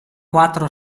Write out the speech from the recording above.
quattro